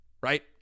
Right